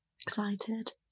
Excited